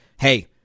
Hey